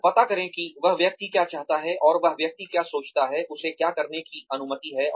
तो पता करे कि वह व्यक्ति क्या चाहता है और वह व्यक्ति क्या सोचता है उसे क्या करने की अनुमति है